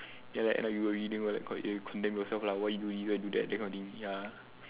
ya like you end up you worry what is it called you condemn yourself lah why you do this why you do that that kind of thing ya